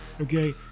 okay